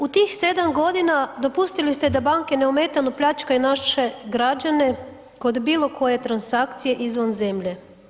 U tih sedam godina dopustili ste da banke neometano pljačkaju naše građane kod bilo koje transakcije izvan zemlje.